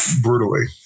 brutally